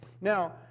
Now